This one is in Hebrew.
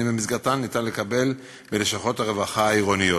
במסגרתן ניתן לקבל בלשכות הרווחה העירוניות.